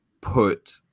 put